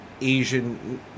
Asian